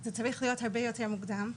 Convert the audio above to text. זה צריך להיות הרבה יותר מוקדם.